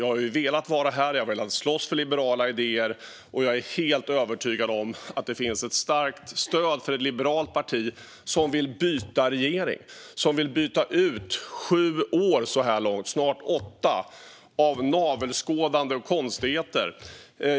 Jag har velat vara här och slåss för liberala idéer, och jag är helt övertygad om att det finns ett starkt stöd för ett liberalt parti som vill byta regering, efter så här långt sju och snart åtta år av navelskådande och konstigheter.